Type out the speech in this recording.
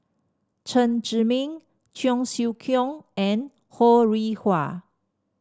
Chen Zhiming Cheong Siew Keong and Ho Rih Hwa